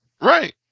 right